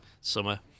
summer